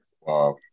Wow